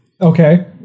Okay